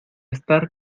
estar